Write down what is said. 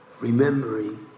remembering